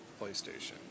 PlayStation